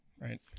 Right